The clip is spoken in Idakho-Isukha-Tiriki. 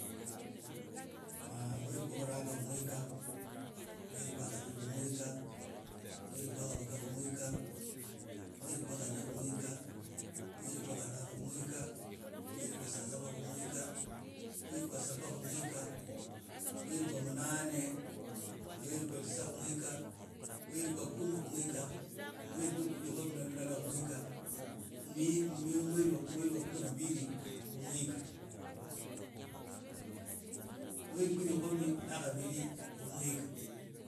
mweri khwo khuranga khu mwikha, mweri khwa khabiri khu mwikha, mweri kwa khabagakha khu mwikha. Mweri kwa khane khu mwikha, mweri kwha kharano khu mwikha mweri khwa sasaba khuwikha, mweri was aba khu mwikha mweri wa muunane, mweri wa titsa khu mwikha mweri wa rikhumi khu mwikha. mweri wa rikhomi na llara khu mwikha, mwee mweri wa kumi na mbiri khu mwikha mweri wa rikhomi na khabiri khu mwikha.